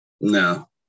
no